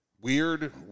weird